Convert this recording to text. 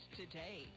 today